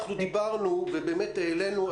אנחנו דיברנו ובאמת העלינו,